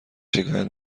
شکایت